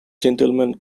gentlemen